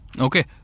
Okay